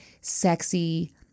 sexy